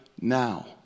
now